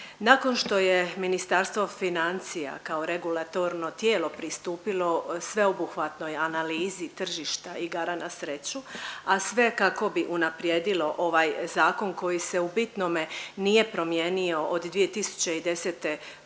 Nakon što je Ministarstvo financija kao regulatorno tijelo pristupilo sveobuhvatnoj analizi tržišta igara na sreću, a sve kako bi unaprijedilo ovaj Zakon koji se u bitnome nije promijenio od 2010. g.